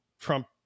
Trump